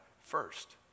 first